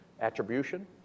attribution